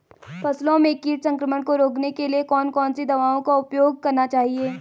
फसलों में कीट संक्रमण को रोकने के लिए कौन कौन सी दवाओं का उपयोग करना चाहिए?